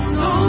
no